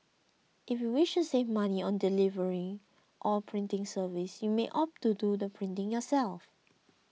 if you wish to save money on delivery or printing service you may opt to do the printing yourself